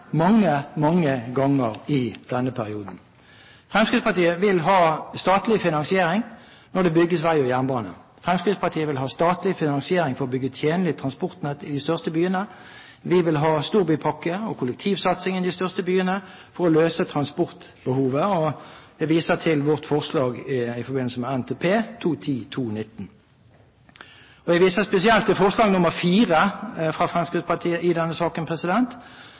mange, mange ganger i denne perioden. Fremskrittspartiet vil ha statlig finansiering når det bygges vei og jernbane. Fremskrittspartiet vil ha statlig finansiering for å bygge tjenlig transportnett i de største byene. Vi vil ha en storbypakke og en kollektivsatsing i de største byene for å løse transportbehovet. Jeg viser til vårt forslag i forbindelse med NTP 2010–2019. Jeg viser spesielt til forslag nr. 4, fra Fremskrittspartiet, i denne saken,